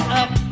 up